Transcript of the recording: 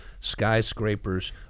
skyscrapers